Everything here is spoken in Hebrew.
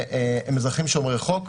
שהם אזרחים שומרי חוק.